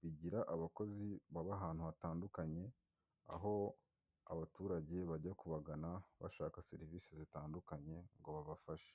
bigira abakozi baba ahantu hatandukanye, aho abaturage bajya kubagana bashaka serivisi zitandukanye, ngo babafashe.